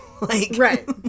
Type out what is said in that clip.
Right